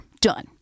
Done